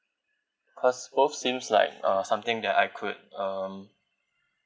cause both seems like uh something that I could um